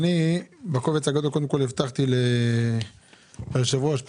אני חושב שעברנו על השינויים.